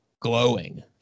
glowing